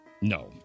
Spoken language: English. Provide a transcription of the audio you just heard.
No